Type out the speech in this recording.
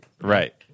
Right